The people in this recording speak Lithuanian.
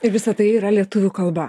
ir visa tai yra lietuvių kalba